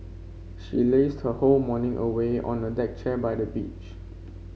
she lazed her whole morning away on a deck chair by the beach